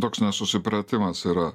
toks nesusipratimas yra